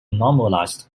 normalized